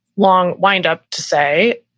long windup to say.